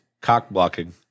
cock-blocking